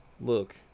Look